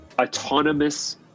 autonomous